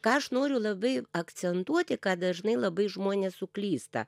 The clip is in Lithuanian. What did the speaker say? ką aš noriu labai akcentuoti kad dažnai labai žmonės suklysta